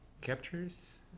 captures